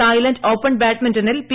Thailand open ബാഡ്മിന്റണിൽ P